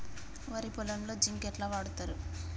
వరి పొలంలో జింక్ ఎట్లా వాడుతరు?